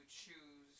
choose